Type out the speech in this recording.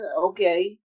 okay